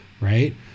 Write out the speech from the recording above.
right